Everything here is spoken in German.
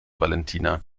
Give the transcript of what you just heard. valentina